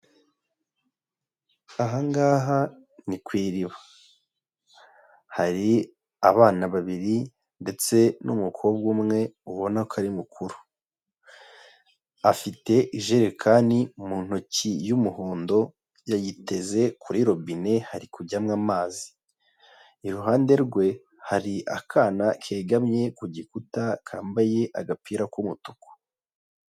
Aha ngaha ni ku iriba, hari abana babiri ndetse n'umukobwa umwe, ubona ko ari mukuru, afite ijerekani mu ntoki y'umuhondo, yayiteze kuri robine, hari kujyamo amazi. Iruhande rwe, hari akana kegamye ku gikuta, kambaye agapira k'umutuku.